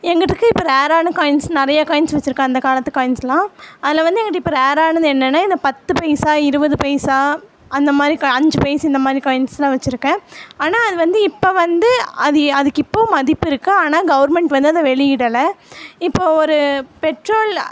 எங்கிட்டே இருக்குது இப்போ ரேரான காயின்ஸ் நிறைய காயின்ஸ் வச்சுருக்கேன் அந்த காலத்து காயின்ஸெலாம் அதில் வந்து எங்கிட்டே இப்போ ரேரானது என்னென்னா இந்த பத்து பைசா இருபது பைசா அந்த மாதிரி அஞ்சு பைஸ் இந்தமாதிரி காயின்ஸெலாம் வச்சுருக்கேன் ஆனால் அது வந்து இப்போ வந்து அது அதுக்கு இப்போவும் மதிப்பு இருக்குது ஆனால் கவுர்மெண்ட் வந்து அதை வெளியிடலை இப்போ ஒரு பெட்ரோல்